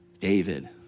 David